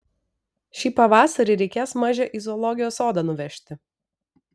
šį pavasarį reikės mažę į zoologijos sodą nuvežti